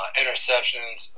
interceptions